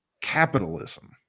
capitalism